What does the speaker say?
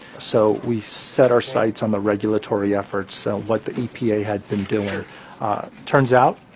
so we set our sites on the regulatory efforts, so what the epa had been doing. it turns out,